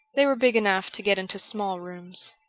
they were big enough to get into small rooms.